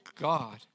God